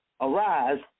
arise